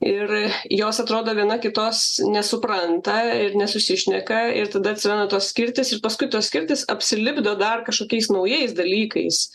ir jos atrodo viena kitos nesupranta ir nesusišneka ir tada atsimenat tos skirtys ir paskui tos skirtys apsilipdo dar kažkokiais naujais dalykais